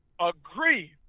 agree